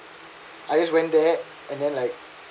I just went there and then like